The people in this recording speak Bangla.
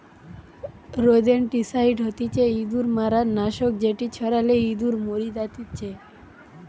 রোদেনটিসাইড হতিছে ইঁদুর মারার নাশক যেটি ছড়ালে ইঁদুর মরি জাতিচে